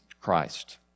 Christ